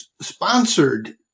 sponsored